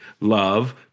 love